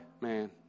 man